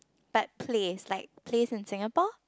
but place like place in Singapore